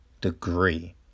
degree